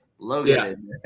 Logan